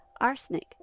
arsenic